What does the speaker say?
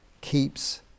keeps